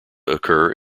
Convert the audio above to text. occur